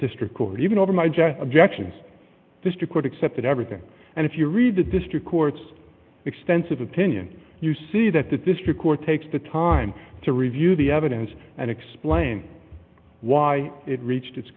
district court even over my jacket objections district court accepted everything and if you read the district court's extensive opinion you see that the district court takes the time to review the evidence and explain why it reached its